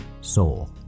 Soul